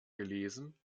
gelesen